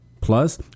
Plus